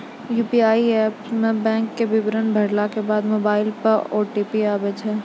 UPI app मे बैंको के विबरण भरला के बाद मोबाइल पे ओ.टी.पी आबै छै